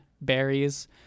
berries